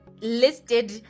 listed